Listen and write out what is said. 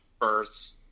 births